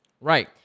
Right